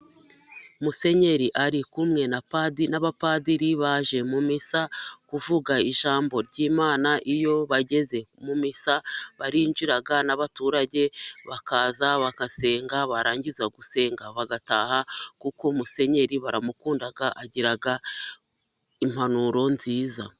Musenyeri ari kumwe na padiri, n'abapadiri baje mu misa kuvuga ijambo ry'Imana. Iyo bageze mu misa barinjira n'abaturage bakaza bagasenga, barangiza gusenga bagataha, kuko musenyeri baramukunda agira impanuro nziza.